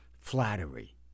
flattery